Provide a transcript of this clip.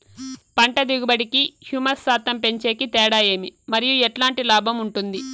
పంట దిగుబడి కి, హ్యూమస్ శాతం పెంచేకి తేడా ఏమి? మరియు ఎట్లాంటి లాభం ఉంటుంది?